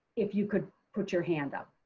if you could put your hand up.